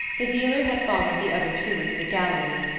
the dealer had followed the other two into the gallery,